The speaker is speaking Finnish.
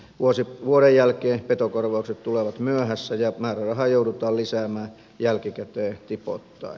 vuosi vuoden jälkeen petokorvaukset tulevat myöhässä ja määrärahaa joudutaan lisäämään jälkikäteen tipoittain